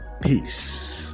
peace